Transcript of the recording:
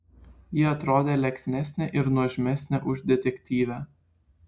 ji atrodė lieknesnė ir nuožmesnė už detektyvę